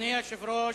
אדוני היושב-ראש,